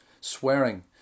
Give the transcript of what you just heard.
swearing